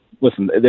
listen